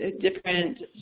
different